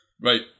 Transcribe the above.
Right